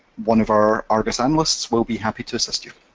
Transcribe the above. one of our argos analysts will be happy to assist you.